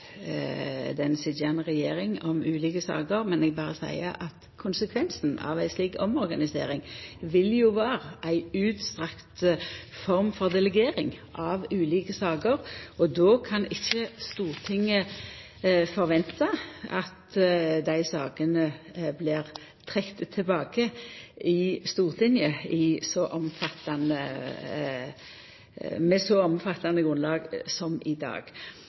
den sitjande regjeringa om ulike saker, men eg seier berre at konsekvensen av ei slik omorganisering vil jo vera ei utstrakt form for delegering av ulike saker. Då kan ikkje Stortinget venta at dei sakene blir trekte tilbake i Stortinget med så omfattande grunnlag som i dag.